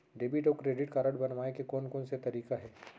Debit अऊ credit card बनवाए के कोन कोन से तरीका हे?